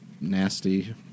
nasty